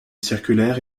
circulaire